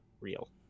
real